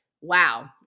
Wow